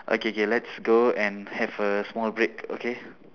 okay K let's go and have a small break okay